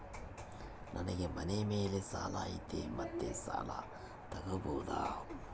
ನನಗೆ ಮನೆ ಮೇಲೆ ಸಾಲ ಐತಿ ಮತ್ತೆ ಸಾಲ ತಗಬೋದ?